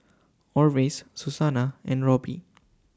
Orvis Susannah and Robby